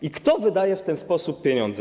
I kto wydaje w ten sposób pieniądze?